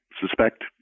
suspect